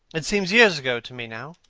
it seems years ago to me now.